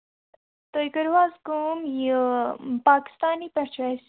تُہۍ کٔرۍوا حظ کٲم یہِ پاکِستانی پٮ۪ٹھ چھِ اَسہِ